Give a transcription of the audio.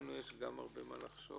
גם לנו יש הרבה מה לחשוב.